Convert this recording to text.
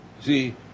See